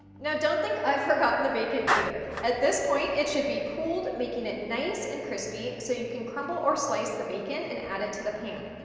now don't think i've forgotten the bacon either. at this point, it should be cooled, making it nice and crispy so you can crumble or slice the bacon and add it to the pan.